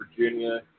Virginia